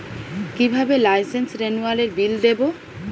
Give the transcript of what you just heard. কিভাবে লাইসেন্স রেনুয়ালের বিল দেবো?